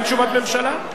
אין תשובת ממשלה?